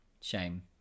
Shame